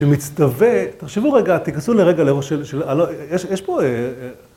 ‫שמצטווה... תחשבו רגע, ‫תיכנסו לרגע לראש של, של... יש, יש פה...